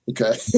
Okay